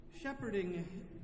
Shepherding